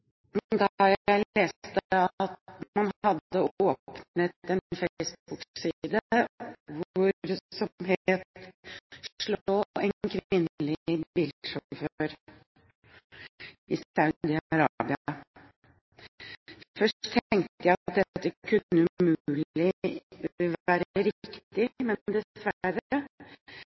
jeg leste at man hadde startet en Facebook-gruppe som anmodet om å slå en kvinnelig bilsjåfør i Saudi-Arabia. Først tenkte jeg at dette kunne umulig være riktig, men dessverre.